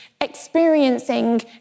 experiencing